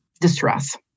distress